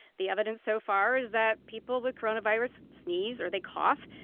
the evidence so far is that people with coronavirus sneeze or they cough,